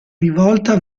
rivolta